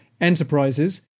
Enterprises